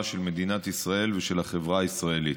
של מדינת ישראל ושל החברה הישראלית.